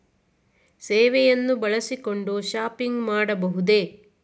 ಸೇವೆಯನ್ನು ಬಳಸಿಕೊಂಡು ಶಾಪಿಂಗ್ ಮಾಡಬಹುದೇ?